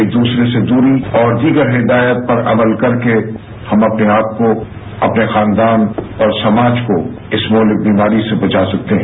एक दूसरे से दूरी और दिगर हिदायत पर अमल करके हम अपने आपको अपने खानदान और समाज को इस मुहाल्लिक बीमारी से बचा सकते हैं